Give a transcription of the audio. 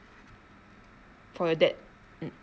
for your dad mm